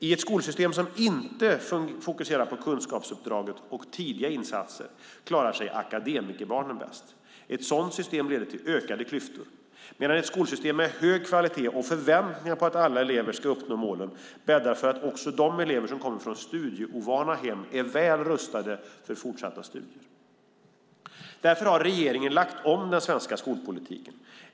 I ett skolsystem som inte fokuserar på kunskapsuppdraget och tidiga insatser klarar sig akademikerbarnen bäst. Ett sådant system leder till ökade klyftor, medan ett skolsystem med hög kvalitet och förväntningar på att alla elever ska uppnå målen bäddar för att också de elever som kommer från studieovana hem är väl rustade för fortsatta studier. Därför har regeringen lagt om den svenska skolpolitiken.